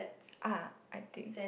ah I think